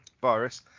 virus